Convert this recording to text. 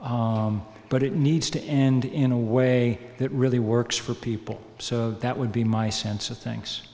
and but it needs to end in a way that really works for people so that would be my sense of things